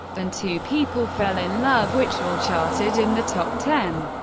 and two people fell in love, which all charted in the top ten.